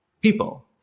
people